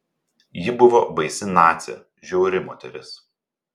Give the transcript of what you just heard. ji buvo baisi nacė žiauri moteris